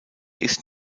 ist